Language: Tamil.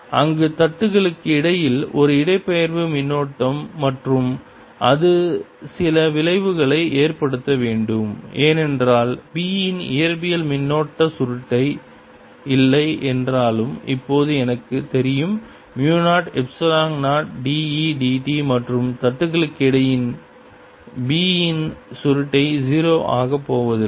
அங்கு தட்டுகளுக்கு இடையில் ஒரு இடப்பெயர்வு மின்னோட்டம் மற்றும் அது சில விளைவுகளை ஏற்படுத்த வேண்டும் ஏனென்றால் B இன் இயற்பியல் மின்னோட்ட சுருட்டை இல்லை என்றாலும் இப்போது எனக்குத் தெரியும் மு 0 எப்சிலோன் 0 d E dt மற்றும் தட்டுகளுக்கு இடையில் b இன் சுருட்டை 0 ஆகப் போவதில்லை